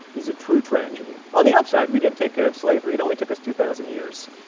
is a true tragedy. on the upside, we did take care of slavery. it only took us two thousand years.